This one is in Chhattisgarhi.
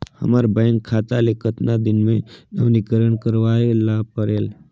हमर बैंक खाता ले कतना दिन मे नवीनीकरण करवाय ला परेल?